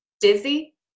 Dizzy